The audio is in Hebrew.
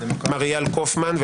מר איל קופמן,